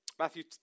Matthew